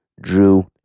Drew